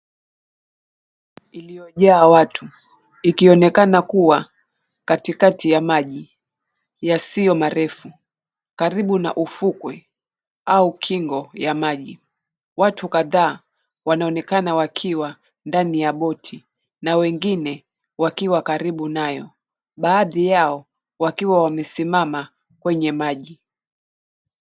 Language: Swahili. Iliyojaa watu ikionekana kuwa katikati ya maji yasiyo marefu karibu na ufukwe au kingo ya maji. Watu kadhaa wanaonekana wakiwa ndani ya boti na wengine wakiwa karibu nayo, baadhi yao wakiwa wamesimama kwenye maji.